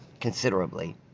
considerably